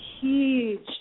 huge